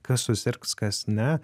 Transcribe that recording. kas susirgs kas ne